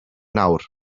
nawr